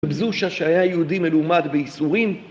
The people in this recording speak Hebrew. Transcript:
רב זושה שהיה יהודי מלומד ביסורים